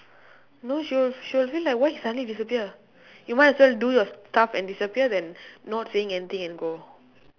no she will she will feel like why you suddenly disappear you might as well do your stuff and disappear than not saying anything and go